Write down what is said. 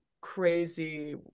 crazy